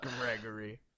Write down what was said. Gregory